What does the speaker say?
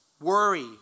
Worry